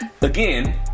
again